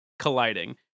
colliding